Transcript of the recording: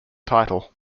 title